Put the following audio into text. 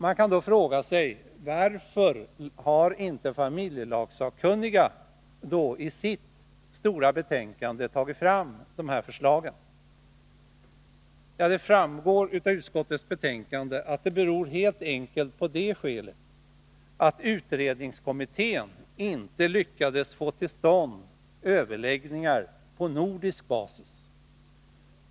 Man kan fråga sig varför inte familjelagssakkunniga i sitt stora betänkande tagit fram de här förslagen. Det framgår av utskottsbetänkandet att det helt enkelt beror på att utredningskommittén inte lyckades få till stånd överläggningar på nordisk basis.